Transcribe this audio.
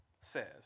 says